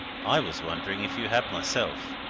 i was wondering if you had, myself!